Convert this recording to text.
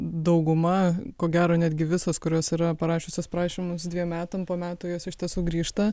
dauguma ko gero netgi visos kurios yra parašiusios prašymus dviem metam po metų jos iš tiesų grįžta